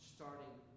Starting